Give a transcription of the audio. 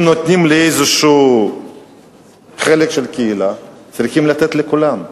אם נותנים לאיזה חלק של הקהילה, צריכים לתת לכולם.